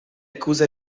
accuse